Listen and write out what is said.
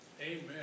Amen